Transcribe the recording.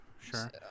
sure